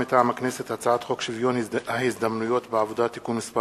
מטעם הכנסת: הצעת חוק שוויון ההזדמנויות בעבודה (תיקון מס'